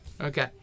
Okay